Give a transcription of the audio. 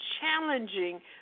challenging